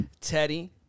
teddy